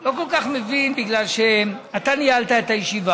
לא כל כך מבין, כי אתה ניהלת את הישיבה,